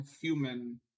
human